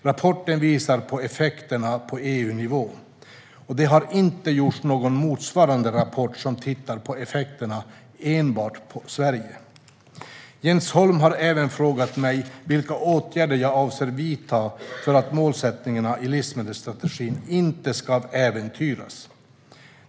Rapporten visar på effekterna på EU-nivå. Det har inte gjorts någon motsvarande rapport som tittar på effekter enbart i Sverige. Jens Holm har även frågat mig vilka åtgärder jag avser att vidta för att målsättningarna i livsmedelsstrategin inte ska äventyras.